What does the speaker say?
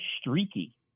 streaky